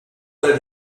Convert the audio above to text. that